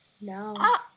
No